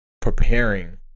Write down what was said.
preparing